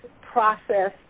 process